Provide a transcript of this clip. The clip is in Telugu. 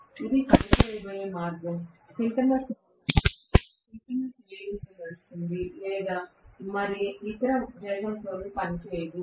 ఇది పనిచేయబోయే మార్గం సింక్రోనస్ మోటారు సింక్రోనస్ వేగంతో నడుస్తుంది లేదా మరే ఇతర వేగంతోనూ పనిచేయదు